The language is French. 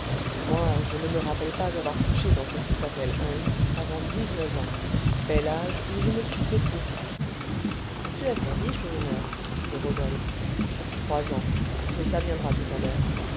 moi je ne me rappelle pas avoir couché dans ce qui s'appelle un lit avant dix-neuf ans bel âge où je me suis fait troupier tu as servi chourineur dit rodolphe trois ans mais ça viendra tout à l'heure